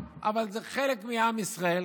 אבל זה חלק מעם ישראל,